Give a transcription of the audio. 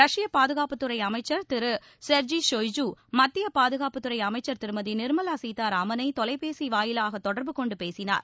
ரஷ்ய பாதுகாப்புத்துறை அமைச்சர் திரு செர்ஜி சொய்ஜூ மத்திய பாதுகாப்புத்துறை அமைச்சர் திருமதி நிர்மலா சீதாராமனை தொலைபேசி வாயிலாக தொடர்புகொண்டு பேசினார்